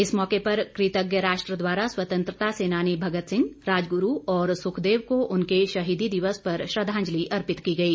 इस मौके पर कृतज्ञ राष्ट्र द्वारा स्वतंत्रता सेनानी भगत सिंह राजगुरू और सुखदेव को उनके शहीदी दिवस पर श्रद्वांजलि अर्पित की गई